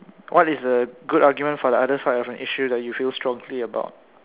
what is the good argument for the other side of an issue that you feel strongly about